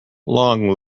long